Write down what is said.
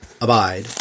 abide